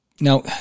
Now